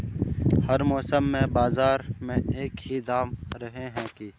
हर मौसम में बाजार में एक ही दाम रहे है की?